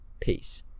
Peace